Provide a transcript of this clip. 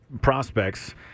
prospects